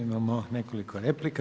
Imamo nekoliko replika.